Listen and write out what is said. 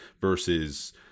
versus